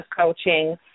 coaching